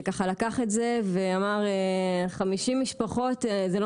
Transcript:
שככה לקח את זה ואמר ש-50 משפחות זה לא